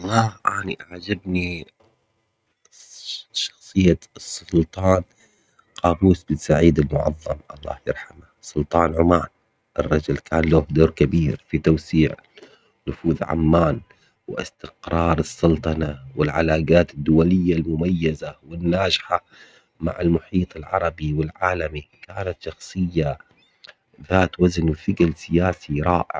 ما أني أعجبني س- شخصية السلطان قابوس بن سعيد المعظم الله يرحمه سلطان عمان، الرجل كان له دور كبير في توسيع نفوذ عمان واستقرار السلطنة والعلاقات الدولية المميزة والناجحة مع المحيط العربي والعالمي، كانت شخصية ذات وزن وثقل سياسي رائع.